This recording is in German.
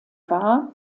war